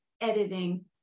editing